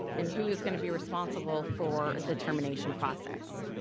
and who is gonna be responsible for the termination process?